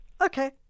Okay